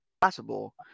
possible